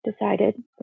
decided